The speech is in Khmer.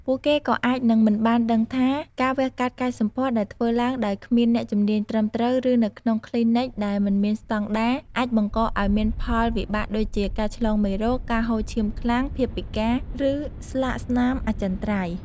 ពួកគេក៏អាចនឹងមិនបានដឹងថា ការវះកាត់កែសម្ផស្សដែលធ្វើឡើងដោយគ្មានអ្នកជំនាញត្រឹមត្រូវ ឬនៅក្នុងគ្លីនិកដែលមិនមានស្តង់ដារ អាចបង្កឱ្យមានផលវិបាកដូចជា ការឆ្លងមេរោគ ការហូរឈាមខ្លាំង ភាពពិការ ឬស្លាកស្នាមអចិន្ត្រៃយ៍។